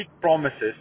promises